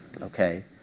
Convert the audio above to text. Okay